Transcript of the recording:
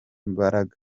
mbaraga